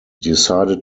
decided